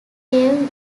gave